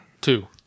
Two